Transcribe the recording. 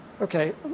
Okay